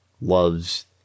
loves